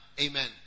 Amen